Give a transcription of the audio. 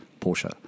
Porsche